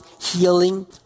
healing